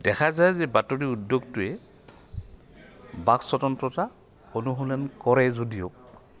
দেখা যায় যে বাতৰি উদ্যোগটোৱে বাক স্বতন্ত্ৰতা অনুশীলন কৰে যদিও